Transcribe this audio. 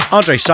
Andre